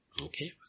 Okay